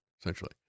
essentially